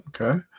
Okay